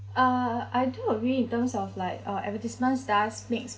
uh I do agree in terms of like uh advertisements does makes